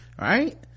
right